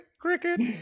Cricket